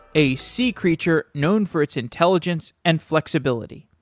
a sea creature known for its intelligence and flexibility.